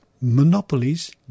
Monopolies